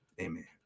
Amen